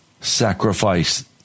sacrifice